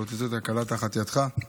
שלא תצא תקלה תחת ידך.